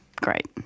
great